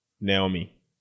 Naomi